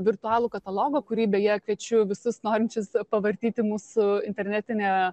virtualų katalogą kurį beje kviečiu visus norinčius pavartyti mūsų internetinėje